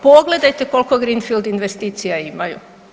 Pogledajte koliko greenfield investicija imaju?